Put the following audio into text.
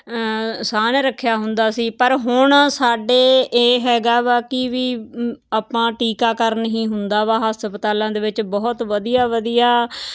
ਸਾਨ੍ਹ ਰੱਖਿਆ ਹੁੰਦਾ ਸੀ ਪਰ ਹੁਣ ਸਾਡੇ ਇਹ ਹੈਗਾ ਵਾ ਕਿ ਵੀ ਆਪਾਂ ਟੀਕਾਕਰਨ ਹੀ ਹੁੰਦਾ ਵਾ ਹਸਪਤਾਲਾਂ ਦੇ ਵਿੱਚ ਬਹੁਤ ਵਧੀਆ ਵਧੀਆ